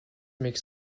makes